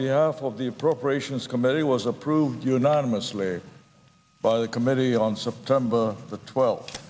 aft of the appropriations committee was approved unanimously by the committee on september the twelfth